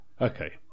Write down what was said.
Okay